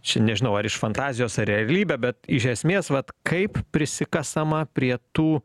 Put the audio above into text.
čia nežinau ar iš fantazijos ar realybė bet iš esmės vat kaip prisikasama prie tų